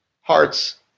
hearts